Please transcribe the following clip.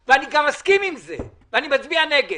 אני מסתמך על רשות האוכלוסין.